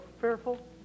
fearful